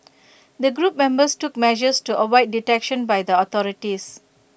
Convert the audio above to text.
the group members took measures to avoid detection by the authorities